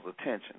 attention